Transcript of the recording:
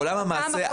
המעשה,